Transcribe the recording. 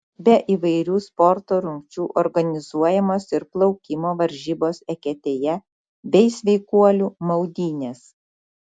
be įvairių sporto rungčių organizuojamos ir plaukimo varžybos eketėje bei sveikuolių maudynės